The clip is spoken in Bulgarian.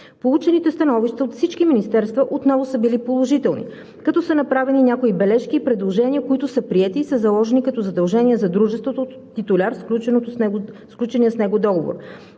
Получените становища от всички министерства отново са били положителни, като са направени някои бележки и предложения, които са приети и са заложени като задължения за дружеството титуляр в сключения с него договор.